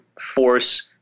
force